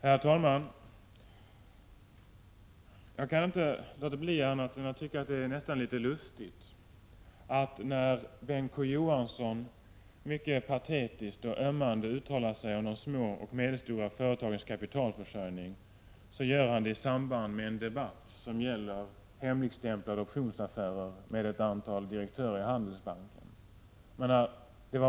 Herr talman! Jag kan inte annat än tycka att det är litet lustigt, att när Bengt K. Å. Johansson uttalar sig mycket patetiskt och ömmande om de små och medelstora företagens kapitalförsörjning, är det i samband med en debatt som gäller hemligstämplade optionsaffärer med ett antal direktörer i Handelsbanken.